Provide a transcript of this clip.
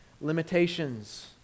limitations